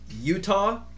Utah